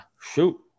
shoot